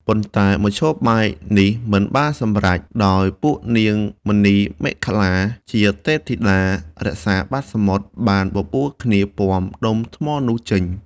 ប៉ុន្តែមធ្យោបាយនេះមិនបានសម្រេច ដោយពួកនាង មណីមេខល្លា ជាទេពធិតារក្សាសមុទ្របានបបួលគ្នាពាំដុំថ្មនោះចេញ។